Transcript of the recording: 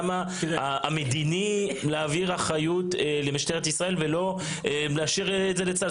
המדיני להעביר אחריות למשטרת ישראל ולא להשאיר את זה לצה"ל?